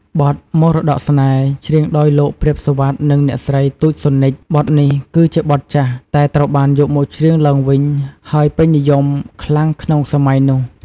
បទ "មរតកស្នេហ៍" ច្រៀងដោយលោក ព្រាប សុវត្ថិ និងអ្នកស្រី ទូច ស៊ុននិច បទនេះគឺជាបទចាស់តែត្រូវបានយកមកច្រៀងឡើងវិញ ហើយពេញនិយមខ្លាំងក្នុងសម័យនេះ។